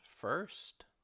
first